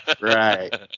Right